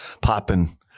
popping